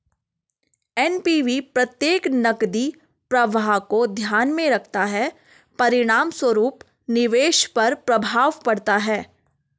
NPV प्रत्येक नकदी प्रवाह को ध्यान में रखता है, परिणामस्वरूप निवेश पर प्रभाव पड़ता है